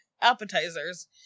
appetizers